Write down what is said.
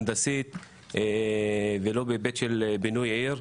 הנדסית ולא בהיבט של בינוי עיר.